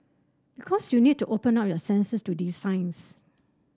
because you need to open up your senses to these signs